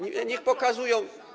Niech pokazują.